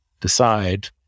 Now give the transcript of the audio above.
decide